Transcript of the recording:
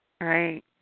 Right